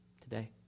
today